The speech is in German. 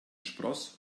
spross